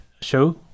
show